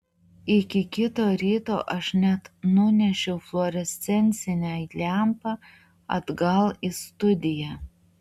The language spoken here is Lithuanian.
iki kito ryto aš net nunešiau fluorescencinę lempą atgal į studiją